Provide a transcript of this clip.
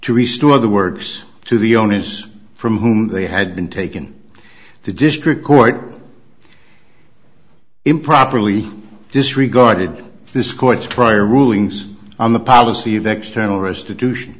to restore the works to the owners from whom they had been taken the district court improperly disregarded this court's prior rulings on the policy of external restitution